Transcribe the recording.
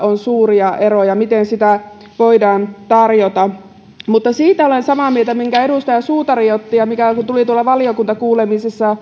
on suuria eroja miten niitä voidaan tarjota mutta siitä olen samaa mieltä minkä edustaja suutari otti esiin ja mikä tuli tuolla valiokuntakuulemisessa